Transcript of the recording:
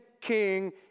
king